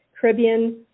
Caribbean